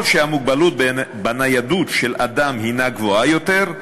שהמוגבלות בניידות של אדם גבוהה יותר,